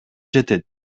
жетет